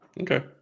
Okay